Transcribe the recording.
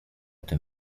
tym